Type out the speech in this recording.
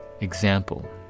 example